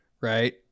Right